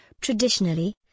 Traditionally